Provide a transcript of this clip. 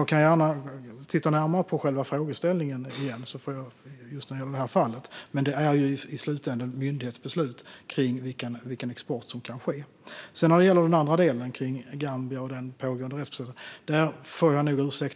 Jag kan gärna titta närmare på just detta fall, men det är i slutänden myndigheten som beslutar vilken export som kan ske. När det gäller Gambia och den pågående rättsprocessen ber jag att få hänvisa